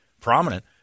prominent